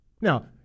now